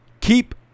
Keep